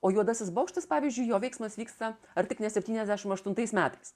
o juodasis bokštas pavyzdžiui jo veiksmas vyksta ar tik ne septyniasdešim aštuntais metais